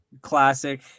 classic